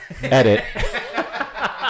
Edit